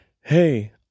hey